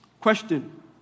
Question